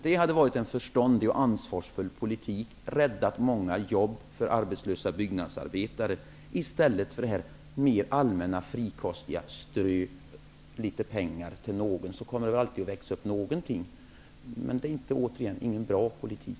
Det hade varit en förståndig och ansvarsfull politik. Det hade räddat många jobb för arbetslösa byggnadsarbetare. I stället är man mer allmän och frikostig. Man strör litet pengar till någon och tror att det väl alltid kommer att växa ut någonting. Men jag vill återigen säga att det inte är någon bra politik.